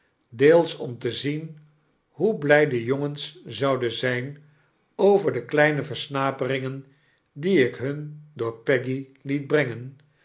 deels om te zien hoe bly de jongens zouden zyn over de kleine versnaperingen die ik hun door peggy liet brengen